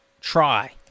try